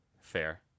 Fair